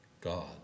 God